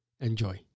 Enjoy